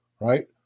right